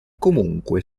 comunque